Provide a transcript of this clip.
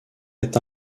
est